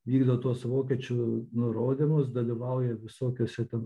vykdo tuos vokiečių nurodymus dalyvauja visokiuose ten